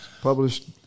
Published